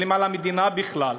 מסתכלים על המדינה בכלל,